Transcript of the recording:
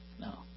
no